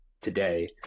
today